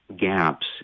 gaps